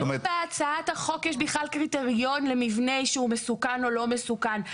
איפה בהצעת החוק יש בכלל קריטריון למבנה שהוא מסוכן או לא מסוכן?